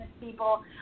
people